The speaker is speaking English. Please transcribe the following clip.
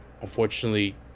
Unfortunately